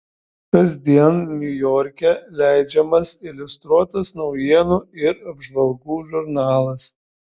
kasdien niujorke leidžiamas iliustruotas naujienų ir apžvalgų žurnalas